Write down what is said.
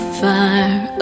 fire